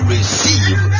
Receive